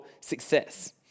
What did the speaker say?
success